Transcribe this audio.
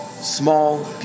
small